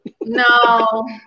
No